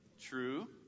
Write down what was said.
True